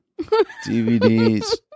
DVDs